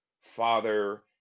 father